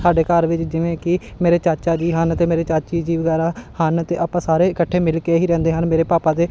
ਸਾਡੇ ਘਰ ਵਿੱਚ ਜਿਵੇਂ ਕਿ ਮੇਰੇ ਚਾਚਾ ਜੀ ਹਨ ਅਤੇ ਮੇਰੇ ਚਾਚੀ ਜੀ ਵਗੈਰਾ ਹਨ ਅਤੇ ਆਪਾਂ ਸਾਰੇ ਇਕੱਠੇ ਮਿਲ ਕੇ ਹੀ ਰਹਿੰਦੇ ਹਨ ਮੇਰੇ ਪਾਪਾ ਦੇ